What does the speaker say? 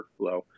workflow